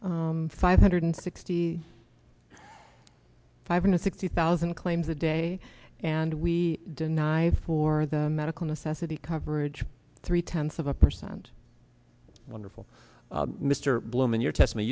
is five hundred sixty five hundred sixty thousand claims a day and we deny for the medical necessity coverage three tenths of a percent wonderful mr bloom in your test me